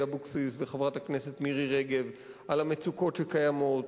אבקסיס וחברת הכנסת מירי רגב על המצוקות שקיימות,